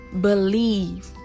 believe